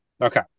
Okay